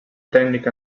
tècnic